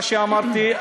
מה שאמרתי,